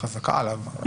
חזקה עליו.